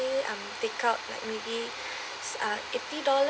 um take out like maybe ah eighty dollar